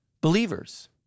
believers